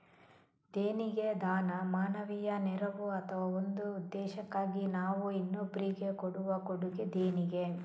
ದೇಣಿಗೆ ದಾನ, ಮಾನವೀಯ ನೆರವು ಅಥವಾ ಒಂದು ಉದ್ದೇಶಕ್ಕಾಗಿ ನಾವು ಇನ್ನೊಬ್ರಿಗೆ ಕೊಡುವ ಕೊಡುಗೆ ದೇಣಿಗೆ